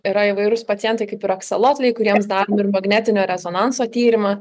yra įvairūs pacientai kaip ir aksolotliai kuriems darom ir magnetinio rezonanso tyrimą